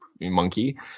monkey